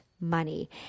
Money